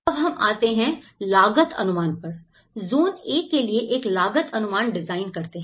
अब हम आते हैं लागत अनुमान पर जॉन A के लिए एक लागत अनुमान डिजाइन करते हैं